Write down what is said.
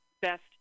best